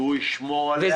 שהוא ישמור עליה.